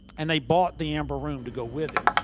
and they bought the amber room to go with it.